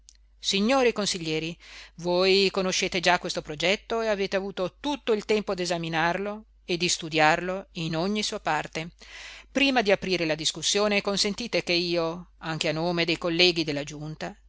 signori consiglieri voi conoscete già questo progetto e avete avuto tutto il tempo d'esaminarlo e di studiarlo in ogni sua parte prima di aprire la discussione consentite che io anche a nome dei colleghi della giunta